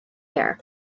air